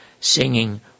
singing